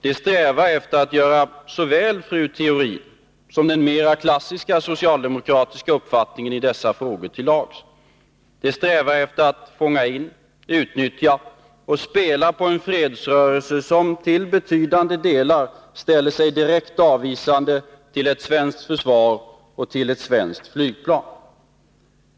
De strävar efter att göra såväl fru Theorin som företrädarna för den mera klassiska uppfattningen i dessa frågor till lags. De strävar efter att fånga in, utnyttja och spela på en fredsrörelse som till betydande delar ställer sig direkt avvisande till ett svenskt försvar och till ett svenskt flygplan.